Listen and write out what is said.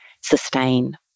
sustain